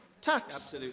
Tax